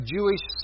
Jewish